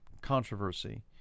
controversy